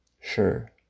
Sure